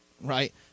Right